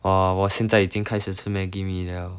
!wah! 我现在已经开始吃 maggi mee 了